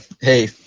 hey